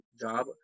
job